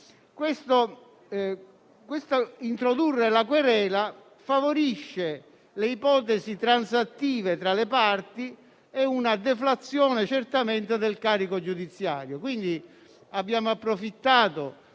l'introduzione della querela favorisce le ipotesi transattive tra le parti e una deflazione del carico giudiziario.